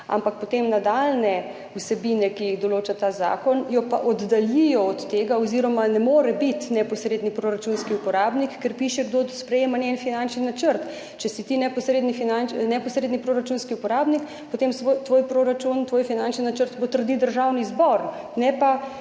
ampak potem nadaljnje vsebine, ki jih določa ta zakon, jo pa oddaljijo od tega oziroma ne more biti neposredni proračunski uporabnik, ker piše, kdo sprejema njen finančni načrt. Če si ti neposredni proračunski uporabnik, potem tvoj proračun, tvoj finančni načrt potrdi Državni zbor,